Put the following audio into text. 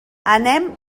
anem